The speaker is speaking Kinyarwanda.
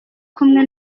kumwe